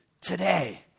today